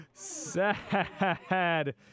Sad